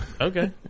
okay